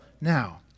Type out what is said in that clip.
now